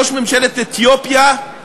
ראש ממשלת אתיופיה,